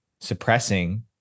suppressing